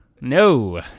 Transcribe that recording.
no